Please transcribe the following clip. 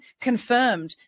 confirmed